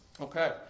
Okay